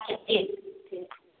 ठीक हइ ठीक